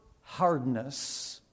hardness